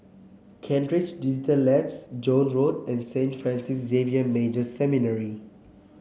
Kent Ridge Digital Labs Joan Road and Saint Francis Xavier Major Seminary